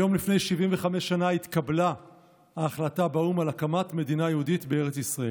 היום לפני 75 שנה התקבלה ההחלטה באו"ם על הקמת מדינה יהודית בארץ ישראל.